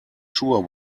sure